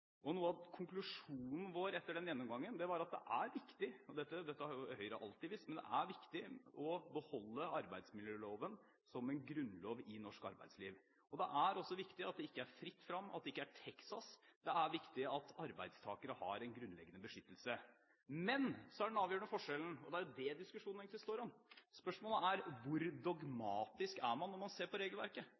arbeidslivspolitikk. Noe av konklusjonen vår etter den gjennomgangen var at det er viktig – og dette har Høyre alltid visst – å beholde arbeidsmiljøloven som en grunnlov i norsk arbeidsliv. Det er også viktig at det ikke er fritt fram, at det ikke er texas, det er viktig at arbeidstakere har en grunnleggende beskyttelse. Men så er den avgjørende forskjellen, og det er jo det diskusjonen egentlig står om: Hvor dogmatisk er man når man ser på regelverket?